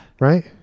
Right